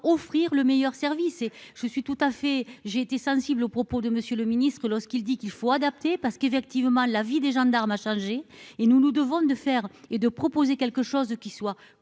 et je suis tout à fait, j'ai été sensible aux propos de Monsieur le Ministre, lorsqu'il dit qu'il faut adapter parce qu'effectivement la vie des gendarmes a chargé, et nous nous devons de faire et de proposer quelque chose qui soit